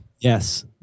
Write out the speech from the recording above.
Yes